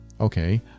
Okay